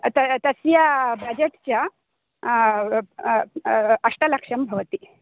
त तस्य बजेट् च अष्टलक्षं भवति